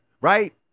right